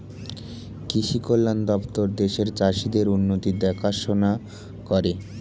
কৃষি কল্যাণ দপ্তর দেশের চাষীদের উন্নতির দেখাশোনা করে